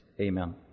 Amen